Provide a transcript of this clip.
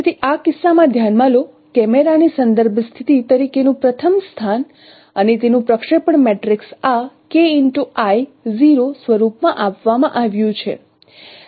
તેથી આ કિસ્સામાં ધ્યાનમાં લો કેમેરાની સંદર્ભ સ્થિતિ તરીકેનું પ્રથમ સ્થાન અને તેનું પ્રક્ષેપણ મેટ્રિક્સ આ સ્વરૂપમાં આપવામાં આવ્યું છે